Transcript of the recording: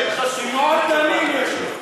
אלה דברים חשובים, דמעות תנין יש לו.